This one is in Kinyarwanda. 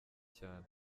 cyane